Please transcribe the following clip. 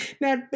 Now